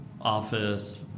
office